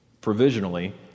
provisionally